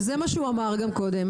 וזה מה שהוא אמר גם קודם,